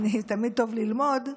תמיד טוב ללמוד,